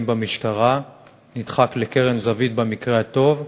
במשטרה נדחק לקרן זווית במקרה הטוב,